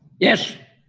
yes.